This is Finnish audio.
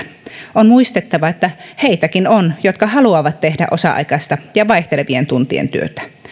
on muistettava että heitäkin on jotka haluavat tehdä osa aikaista ja vaihtelevien tuntien työtä